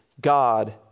God